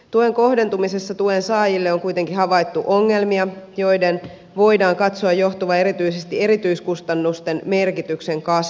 tuen kohdentumisessa tuensaajille on kuitenkin havaittu ongelmia joiden voidaan katsoa johtuvan erityisesti erityiskustannusten merkityksen kasvusta